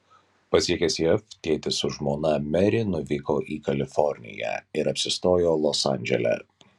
pasiekęs jav tėtis su žmona meri nuvyko į kaliforniją ir apsistojo los andžele